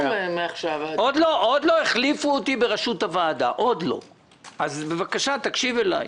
עוד לא החליפו אותי בראשות הוועדה אז בבקשה תקשיב לי.